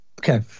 Okay